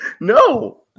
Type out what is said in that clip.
No